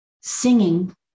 singing